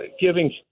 giving